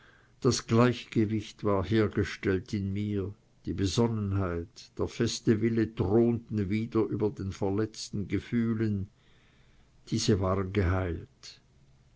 das gleichgewicht war hergestellt in mir die besonnenheit der feste wille thronten wieder über den verletzten gefühlen diese waren geheilt